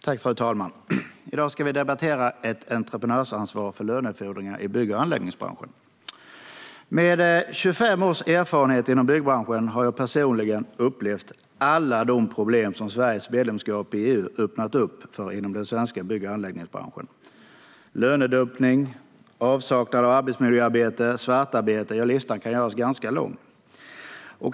Fru talman! I dag ska vi debattera ett entreprenörsansvar för lönefordringar i bygg och anläggningsbranschen. Med 25 års erfarenhet inom byggbranschen har jag personligen upplevt alla de problem som Sveriges medlemskap i EU öppnat upp för inom den svenska bygg och anläggningsbranschen. Det handlar om lönedumpning, avsaknad av arbetsmiljöarbete, svartarbete - ja, listan kan göras lång.